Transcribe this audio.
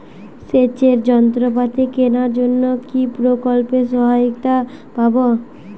সেচের যন্ত্রপাতি কেনার জন্য কি প্রকল্পে সহায়তা পাব?